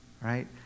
Right